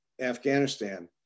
Afghanistan